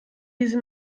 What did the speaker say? diese